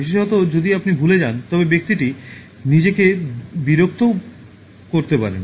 বিশেষত যদি আপনি ভুলে যান তবে ব্যক্তিটি নিজেকে বিরক্তও বোধ করতে পারে